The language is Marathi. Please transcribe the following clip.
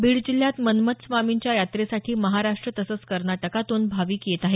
बीड जिल्ह्यांत मन्मथ स्वामींच्या यात्रेसाठी महाराष्ट्र तसंच कर्नाटकातून भाविक येत आहे